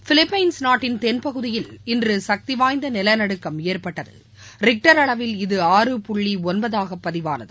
Philippines நாட்டின் தென்பகுதியில் இன்று சக்தி வாய்ந்த நிலநடுக்கம் ஏற்பட்டது ரிக்டர் அளவில் இது ஆறு புள்ளி ஒன்பதாக பதிவானது